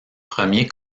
premier